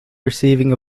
receiving